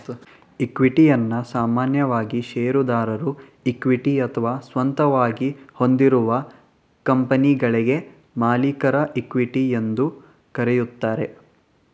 ಇಕ್ವಿಟಿಯನ್ನ ಸಾಮಾನ್ಯವಾಗಿ ಶೇರುದಾರರ ಇಕ್ವಿಟಿ ಅಥವಾ ಸ್ವಂತವಾಗಿ ಹೊಂದಿರುವ ಕಂಪನಿಗಳ್ಗೆ ಮಾಲೀಕರ ಇಕ್ವಿಟಿ ಎಂದು ಕರೆಯುತ್ತಾರೆ